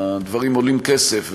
הדברים עולים כסף,